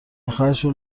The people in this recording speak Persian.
آخرشو